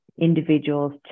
individuals